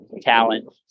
talent